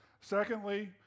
Secondly